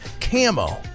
Camo